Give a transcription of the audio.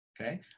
okay